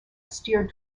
steered